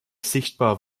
sichtbar